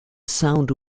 sound